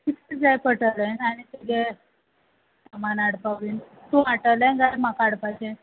कित कित जाय पडटोले आनी तेगे सामान हाडपा बीन तूं हाडटोलें काय म्हाका हाडपाचें